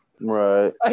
right